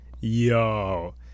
Yo